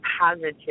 positive